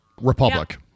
republic